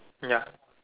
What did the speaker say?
ya